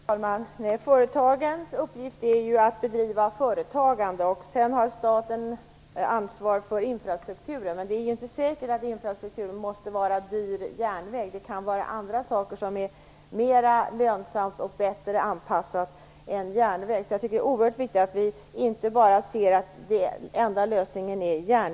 Fru talman! Företagens uppgift är att bedriva företagande. Staten har ansvaret för infrastrukturen. Men det är ju inte säkert att infrastrukturen måste vara dyr järnväg. Det kan vara andra saker som är mer lönsamt och bättre anpassat än järnväg. Jag tycker att det är oerhört viktigt att vi inte ser järnvägen som den enda lösningen.